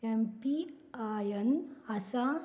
MPIN आसा